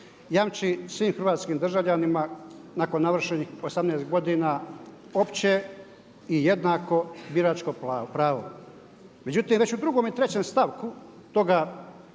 jamči svim hrvatskim državljanima nakon navršenih 18 godina opće i jednako biračko pravo. Međutim, već u drugome i trećem stavku toga